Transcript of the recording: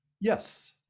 Yes